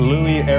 Louis